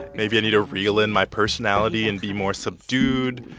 maybe i need to reel in my personality and be more subdued.